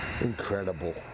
incredible